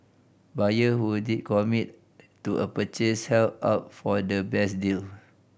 buyer who did commit to a purchase held out for the best deal